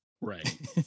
Right